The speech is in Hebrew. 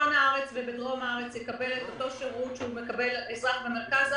בצפון הארץ ובדרום הארץ יקבל את אותו שירות שמקבל אזרח במרכז הארץ,